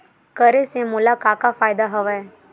करे से मोला का का फ़ायदा हवय?